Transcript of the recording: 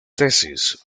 tesis